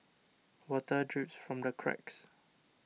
water drips from the cracks